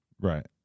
Right